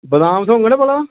बदाम थ्होङन भला